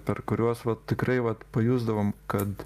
per kuriuos tikrai vat pajusdavom kad